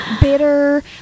bitter